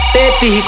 Baby